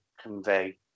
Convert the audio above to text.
convey